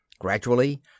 Gradually